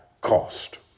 cost